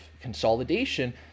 consolidation